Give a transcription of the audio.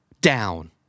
down